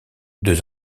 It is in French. deux